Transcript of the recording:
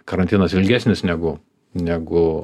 karantinas ilgesnis negu negu